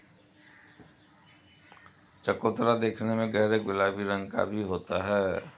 चकोतरा देखने में गहरे गुलाबी रंग का भी होता है